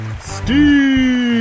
Steve